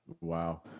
Wow